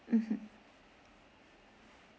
mmhmm